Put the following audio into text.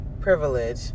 privilege